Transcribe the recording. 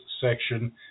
section